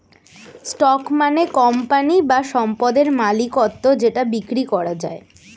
stock মানে company বা সম্পদের মালিকত্ব যেটা বিক্রি করা যায়